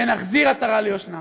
ונחזיר עטרה ליושנה,